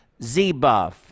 zbuff